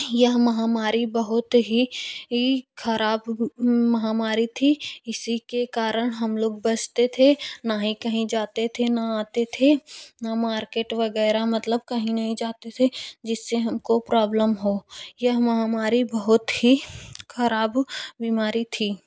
यह महामारी बहुत ही ही खराब महामारी थी इसी के कारण हम लोग बचते थे ना ही कहीं जाते थे ना आते थे ना मार्केट वगैरह मतलब कहीं नहीं जाते थे जिससे हमको प्रोब्लम हो यह महामारी बहुत ही खराब बीमारी थी